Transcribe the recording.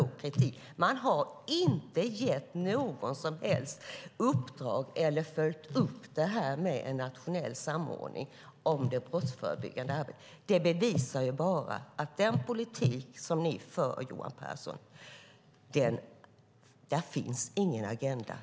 Regeringen har inte gett något som helst uppdrag eller följt upp frågan om en nationell samordning om det brottsförebyggande arbetet. Det bevisar bara att det inte finns någon agenda i den politik som ni för, Johan Pehrson.